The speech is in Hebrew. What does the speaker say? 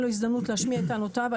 הכללי הזדמנות להשמיע את טענותיו,